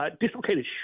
Dislocated